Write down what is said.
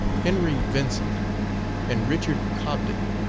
henry vincent and richard cobden.